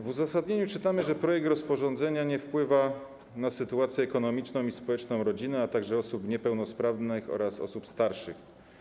W uzasadnieniu czytamy, że projekt nie wpływa na sytuację ekonomiczną i społeczną rodziny, a także osób niepełnosprawnych oraz osób starszych.